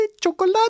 chocolate